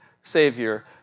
Savior